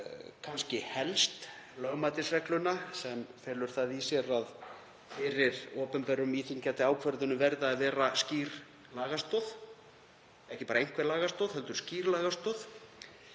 kannski helst lögmætisregluna, sem felur það í sér að fyrir opinberum, íþyngjandi ákvörðunum verður að vera skýr lagastoð, ekki bara einhver lagastoð heldur skýr lagastoð,